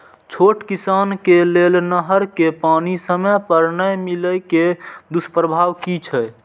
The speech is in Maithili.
छोट किसान के लेल नहर के पानी समय पर नै मिले के दुष्प्रभाव कि छै?